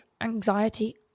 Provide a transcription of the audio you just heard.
anxiety